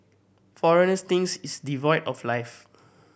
foreigners think it's devoid of life